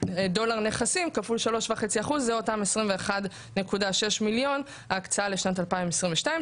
דולר נכסים כפול 3.5% זה אותם 21.6 מיליון הקצאה לשנת 2024,